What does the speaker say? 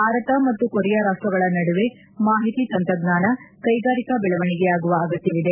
ಭಾರತ ಮತ್ತು ಕೊರಿಯಾ ರಾಷ್ಟಗಳ ನಡುವೆ ಮಾಹಿತಿ ತಂತ್ರಜ್ಞಾನ ಕೈಗಾರಿಕಾ ಬೆಳವಣಿಗೆಯಾಗುವ ಅಗತ್ಯವಿದೆ